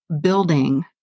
building